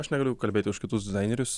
aš negaliu kalbėti už kitus dizainerius